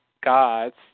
gods